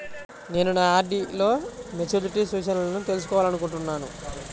నేను నా ఆర్.డీ లో మెచ్యూరిటీ సూచనలను తెలుసుకోవాలనుకుంటున్నాను